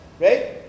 Right